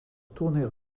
tourner